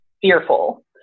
fearful